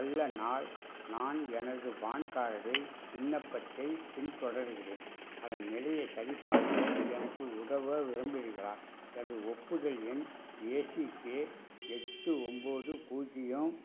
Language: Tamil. நல்ல நாள் நான் எனது பான் கார்டு விண்ணப்பத்தைப் பின்தொடருகிறேன் அதன் நிலையை சரிபார்க்க எனக்கு உதவ விரும்புறீர்களா எனது ஒப்புதல் எண் ஏசிகே எட்டு ஒம்பது பூஜ்ஜியம்